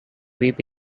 weep